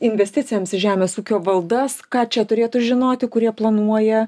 investicijoms į žemės ūkio valdas ką čia turėtų žinoti kurie planuoja